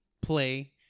play